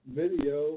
video